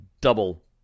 double